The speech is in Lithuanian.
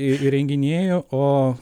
ir įrenginėju